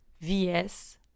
vs